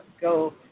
go